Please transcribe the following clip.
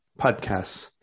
podcasts